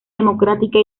democrática